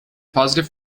positive